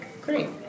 Great